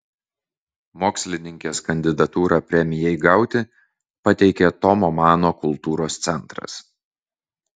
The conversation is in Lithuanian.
mokslininkės kandidatūrą premijai gauti pateikė tomo mano kultūros centras